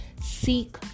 Seek